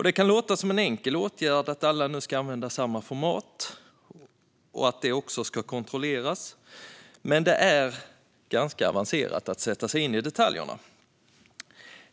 Det kan låta som en enkel åtgärd att alla nu ska använda samma format och att det också ska kontrolleras, men det är ganska avancerat att sätta sig in i detaljerna.